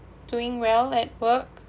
doing well at work